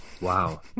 wow